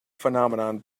phenomenon